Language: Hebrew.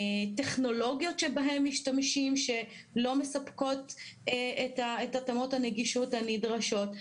טכנולוגיות שבהן משתמשים-שלא מספקות את התאמות הנגישות הנדרשות.